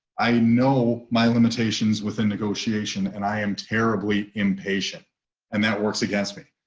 i know my limitations within negotiation and i am terribly impatient and that works against me.